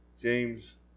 James